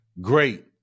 Great